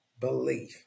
belief